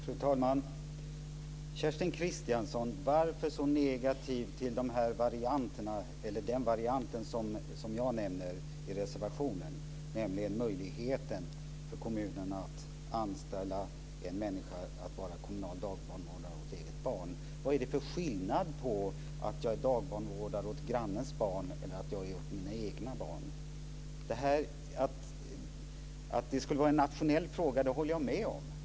Fru talman! Kerstin Kristiansson Karlstedt, varför så negativ till den variant som jag nämner i reservationen, nämligen möjligheten för kommunen att anställa en människa som kommunal dagbarnvårdare åt eget barn? Vad är det för skillnad mellan att jag är dagbarnvårdare åt grannens barn och att jag är det åt mina egna barn? Att det är en nationell fråga håller jag med om.